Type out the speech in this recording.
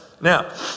Now